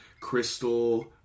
crystal